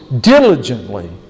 diligently